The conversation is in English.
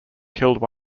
killed